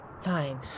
Fine